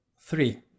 three